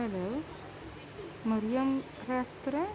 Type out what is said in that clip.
hello Maryam restaurant